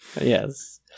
Yes